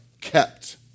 kept